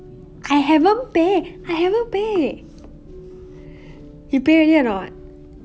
I haven't pay I haven't pay you pay already or not